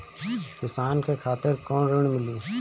किसान के खातिर कौन ऋण मिली?